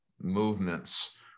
movements